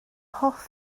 hoff